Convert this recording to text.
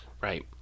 Right